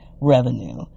revenue